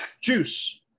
juice